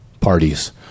parties